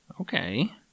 Okay